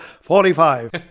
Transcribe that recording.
forty-five